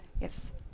yes